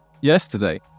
yesterday